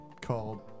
called